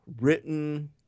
Written